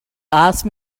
asked